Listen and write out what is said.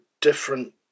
different